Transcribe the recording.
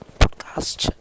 podcast